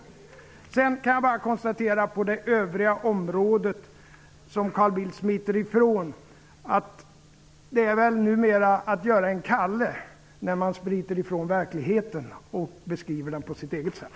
I övrigt kan jag bara konstatera när det gäller de områden som Carl Bildt smiter ifrån att det väl numera är att ''göra en Calle'' när man smiter ifrån verkligheten och beskriver den på sitt eget sätt.